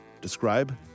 describe